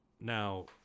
now